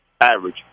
Average